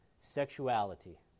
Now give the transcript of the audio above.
sexuality